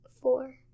four